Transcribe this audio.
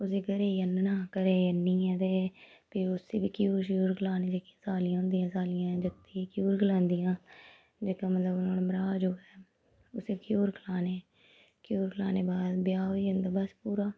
उसी घरै गी आह्ना घरै गी आनियै ते फ्ही उसी बी घ्यूर श्यूर खलाने जेह्कियां सालियां होंदियां न सालियां जागतें गी घ्यूर खलांदियां जेह्का मतलब मह्राज उसी घ्यूर खलाने घ्यूर खलाने बाद ब्याह् होई जंदा बस पूरा